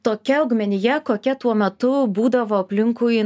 tokia augmenija kokia tuo metu būdavo aplinkui